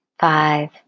five